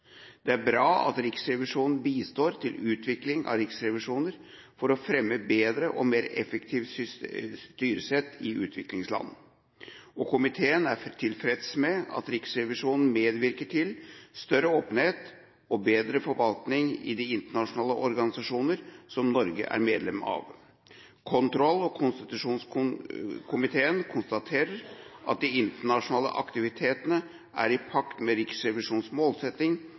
Det er bra at Riksrevisjonen bistår til utvikling av riksrevisjoner for å fremme bedre og mer effektive styresett i utviklingsland. Komiteen er tilfreds med at Riksrevisjonen medvirker til større åpenhet og bedre forvaltning i de internasjonale organisasjoner som Norge er medlem av. Kontroll- og konstitusjonskomiteen konstaterer at de internasjonale aktivitetene er i pakt med Riksrevisjonens målsetting